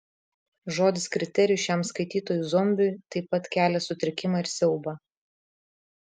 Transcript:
žodis kriterijus šiam skaitytojui zombiui taip pat kelia sutrikimą ir siaubą